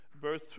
verse